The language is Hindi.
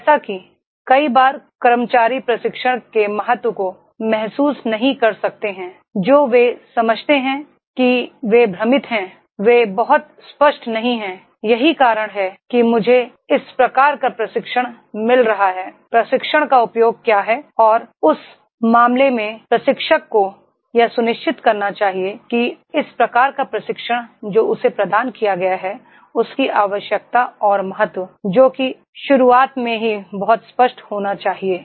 जैसे कि कई बार कर्मचारी प्रशिक्षण के महत्व को महसूस नहीं कर रहे हैं जो वे समझते हैं कि वे भ्रमित हैं वे बहुत स्पष्ट नहीं हैं यही कारण है कि मुझे इस प्रकार का प्रशिक्षण मिल रहा है प्रशिक्षण का उपयोग क्या है और उस मामले में प्रशिक्षक को यह सुनिश्चित करना चाहिए कि इस प्रकार का प्रशिक्षण जो उसे प्रदान किया गया है उसकी आवश्यकता और महत्व को जो शुरुआत में ही बहुत स्पष्ट होना चाहिए